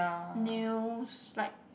news like